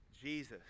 Jesus